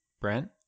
Brent